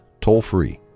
toll-free